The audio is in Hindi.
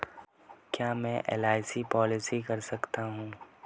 क्या मैं एल.आई.सी पॉलिसी कर सकता हूं?